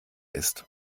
ist